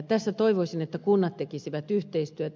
tässä toivoisin että kunnat tekisivät yhteistyötä